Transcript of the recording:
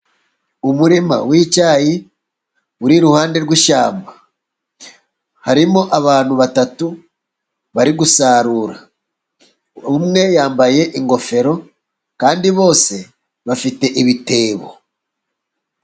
Umurima w'icyayi uri iruhande rw'ishyamba, harimo abantu batatu bari gusarura, umwe yambaye ingofero kandi bose bafite ibitebo.